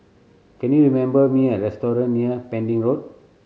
can you remember me a restaurant near Pending Road